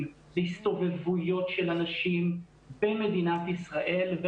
והסתובבויות של אנשים במדינת ישראל.